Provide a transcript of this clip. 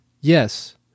yes